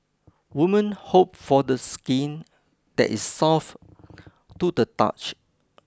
women hope for the skin that is soft to the touch